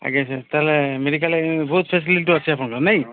ଆଜ୍ଞା ସାର୍ ତା'ହେଲେେ ମେଡିକାଲ୍ରେ ବହୁତ ଫେସିଲିଟି ଅଛି ଆପଣଙ୍କର ନାଇ